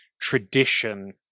tradition